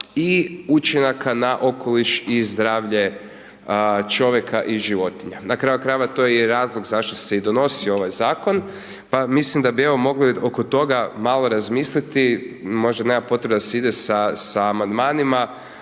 i učinaka na okoliš i zdravlje čovjeka i životinja. Na kraju krajeva, to je i razlog zašto se i donosio ovaj zakon pa mislim da bi evo mogli oko toga malo razmisliti, možda nema potrebe da se ide sa amandmanima,